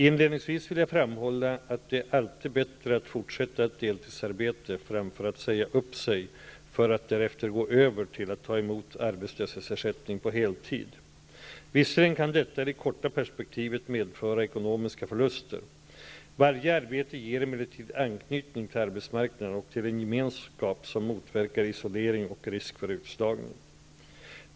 Inledningsvis vill jag framhålla att det alltid är bättre att fortsätta ett deltidsarbete än att säga upp sig för att därefter gå över till att ta emot arbetslöshetsersättning på heltid. Visserligen kan detta i det korta perspektivet medföra ekonomiska förluster, men varje arbete ger anknytning till arbetsmarknaden och till en gemenskap som motverkar isolering och risk för utslagning.